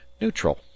neutral